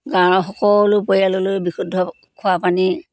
গাঁৱৰ সকলো পৰিয়াললৈ বিশুদ্ধ খোৱা পানী